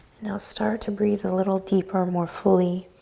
now start to breath a little deeper, more fully.